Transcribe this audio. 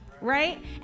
right